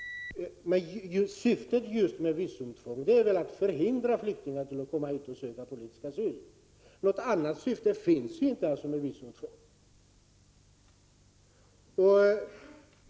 Syftet med ett visumtvång är väl att förhindra flyktingar att komma hit och söka politisk asyl. Något annat syfte har inte ett visumtvång.